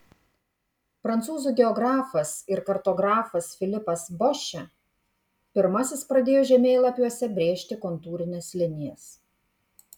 prancūzų geografas ir kartografas filipas bošė pirmasis pradėjo žemėlapiuose brėžti kontūrines linijas